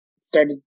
started